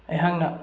ꯑꯩꯍꯥꯛꯅ